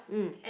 mm